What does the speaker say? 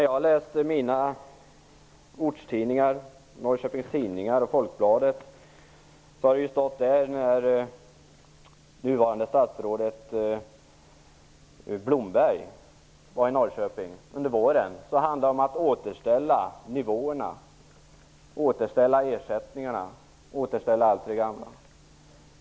Jag läste mina ortstidningar, Norrköpings Tidningar och Folkbladet, när nuvarande statsrådet Blomberg var i Norrköping under våren. Då handlade det om att återställa ersättningsnivåerna till det gamla.